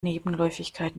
nebenläufigkeit